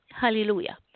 Hallelujah